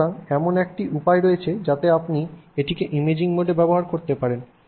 সুতরাং এমন একটি উপায় রয়েছে যাতে আপনি এটিকে ইমেজিং মোডে ব্যবহার করতে পারেন